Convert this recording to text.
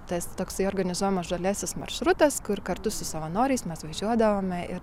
tas toksai organizuojamas žaliasis maršrutas kur kartu su savanoriais mes važiuodavome ir